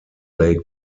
lake